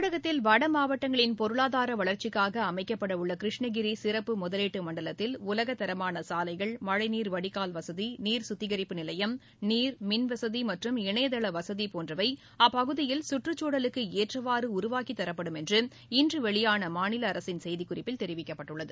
தமிழகத்தில் வட மாவட்டங்களின் பொருளாதார வளர்ச்சிக்காக அமைக்கப்படவுள்ள கிருஷ்ணகிரி சிறப்பு முதலீட்டு மண்டலத்தில் உலகத்தரமான சாலைகள் மழழநீர் வடிகால் வசதி நீர் சுத்திகரிப்பு நிலையம் நீர் மின்வசதி மற்றும் இணையதள வசதி போன்றவை அப்பகுதியில் சுற்றுச்சூழலுக்கு ஏற்றவாறு உருவாக்கித் தரப்படும் என்று இன்று வெளியான மாநில அரசின் செய்திக்குறிப்பில் தெரிவிக்கப்பட்டுள்ளது